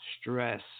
stress